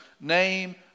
name